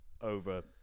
over